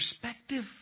perspective